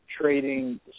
trading